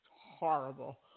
Horrible